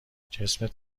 جسمت